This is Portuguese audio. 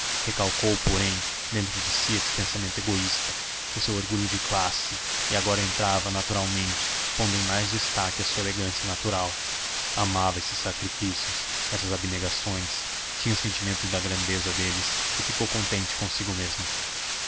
recalcou porém dentro de si esse pensamento egoísta o seu orgulho de classe e agora entrava naturalmente pondo em destaque a sua elegância natural amava esses sacrifícios essas abnegações tinha o sentimento da grandeza deles e ficou contente consigo mesma